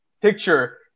picture